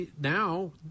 now